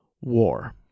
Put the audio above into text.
war